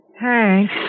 Hank